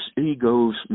ego's